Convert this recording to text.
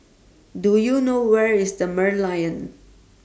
Do YOU know Where IS The Merlion